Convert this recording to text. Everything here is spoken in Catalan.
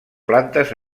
plantes